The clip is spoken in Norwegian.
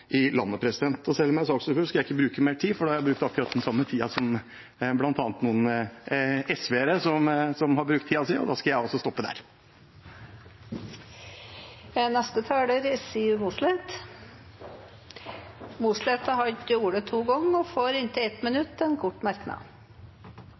i landet. Selv om jeg er saksordfører, skal jeg ikke bruke mer tid, for nå har jeg brukt akkurat den samme tiden som bl.a. noen SV-ere, som har brukt tiden sin. Da skal jeg også stoppe der. Representanten Siv Mossleth har hatt ordet to ganger tidligere og får